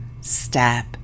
step